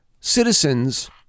citizens